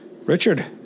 Richard